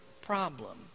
problem